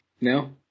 No